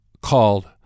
called